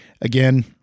Again